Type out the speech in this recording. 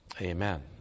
Amen